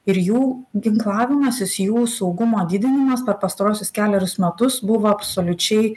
ir jų ginklavimasis jų saugumo didinimas per pastaruosius kelerius metus buvo absoliučiai